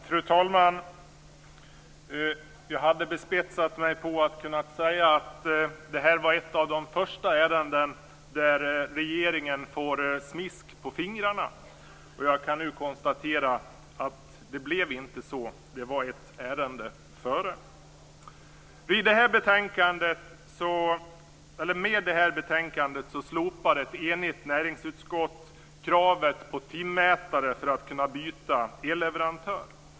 Fru talman! Jag hade bespetsat mig på att kunna säga att det här var ett av de första ärendena där regeringen får smisk på fingrarna. Jag kan nu konstatera att det blev inte så. Det var ett ärende före. Med det här betänkandet slopar ett enigt näringsutskott kravet på timmätare för att kunna byta elleverantör.